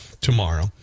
tomorrow